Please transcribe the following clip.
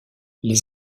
les